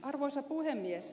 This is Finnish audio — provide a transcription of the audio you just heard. arvoisa puhemies